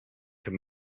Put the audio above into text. can